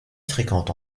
fréquente